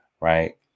right